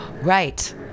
right